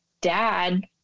dad